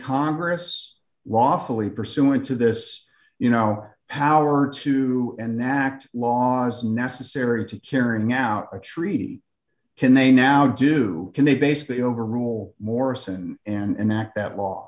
congress lawfully pursuant to this you know power to enact laws necessary to carrying out a treaty can they now do can they basically overrule morrison and that that law